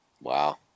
Wow